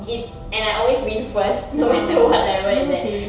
is and I always win first no matter what level is that